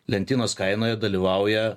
lentynos kainoje dalyvauja